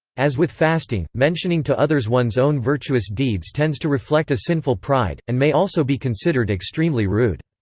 as with fasting, mentioning to others one's own virtuous deeds tends to reflect a sinful pride, and may also be considered extremely rude.